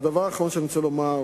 הדבר האחרון שאני רוצה לומר,